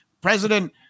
president